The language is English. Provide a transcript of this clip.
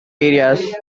areas